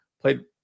Played